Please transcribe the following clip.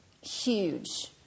huge